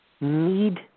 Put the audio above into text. need